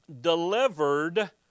Delivered